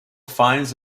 finds